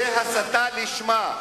זאת הסתה לשמה.